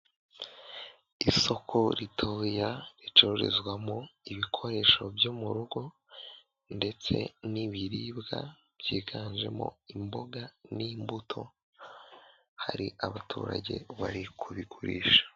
Isoko ritoya ricururizwamo ibikoresho byo mu rugo ndetse n'ibiribwa byiganjemo imboga n'imbuto hari abaturage bari kubigurisha.